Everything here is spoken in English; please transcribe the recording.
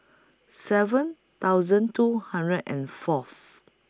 seven thousand two hundred and Fourth